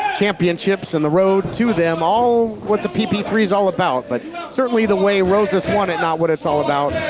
championships and the road to them all what the p p three is all about, but certainly the way rosas won it not what it's all about.